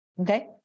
Okay